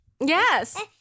Yes